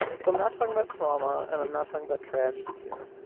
so i'm not talking about trauma, and i'm not talking about tragedy here,